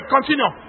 Continue